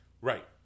Right